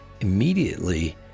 immediately